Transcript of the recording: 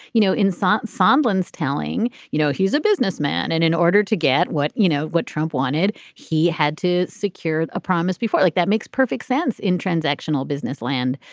you know, in sunland's telling, you know, he's a businessman. and in order to get what you know, what trump wanted, he had to secure a promise before. like that makes perfect sense in transactional business land.